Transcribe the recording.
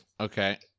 okay